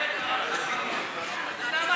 את אומרת